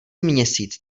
měsíc